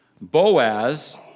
Boaz